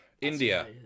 India